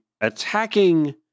attacking